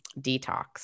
detox